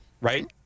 right